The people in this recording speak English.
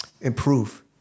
improve